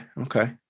Okay